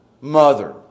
mother